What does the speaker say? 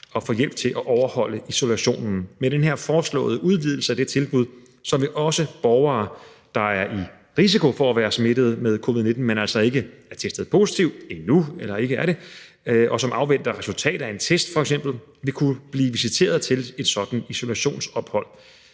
at få hjælp til at overholde isolationen. Med den her foreslåede udvidelse af det tilbud vil også borgere, der er i risiko for at være smittet med covid-19, men altså ikke er testet positiv endnu, eller ikke er det, og som f.eks. afventer resultatet af en test, kunne blive visiteret til et sådant isolationsophold.